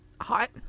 hot